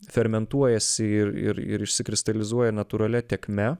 fermentuojasi ir ir ir išsikristalizuoja natūralia tėkme